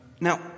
now